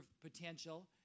potential